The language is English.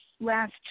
last